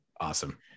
Awesome